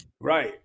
right